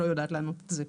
לא יודעת לענות על זה.